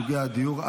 סוגי הדיור),